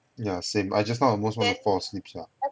yeah same I just now almost want to fall asleep sia